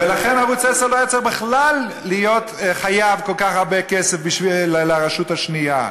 ולכן ערוץ 10 לא היה צריך בכלל להיות חייב כל כך הרבה כסף לרשות השנייה.